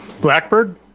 Blackbird